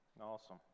awesome